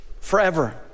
forever